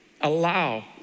allow